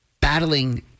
battling